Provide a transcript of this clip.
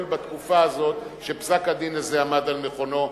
בתקופה הזו שפסק-הדין הזה עמד על מכונו.